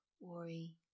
worry